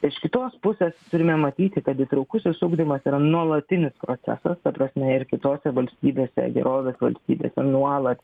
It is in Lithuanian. iš kitos pusės turime matyti kad įtraukusis ugdymas yra nuolatinis procesas ta prasme ir kitose valstybėse gerovės valstybėse nuolat